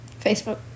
Facebook